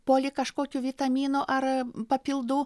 po lyg kažkokių vitaminų ar papildų